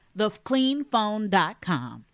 TheCleanPhone.com